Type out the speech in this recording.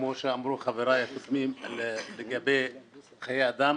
כמו שאמרו חבריי הקודמים לגבי חיי אדם,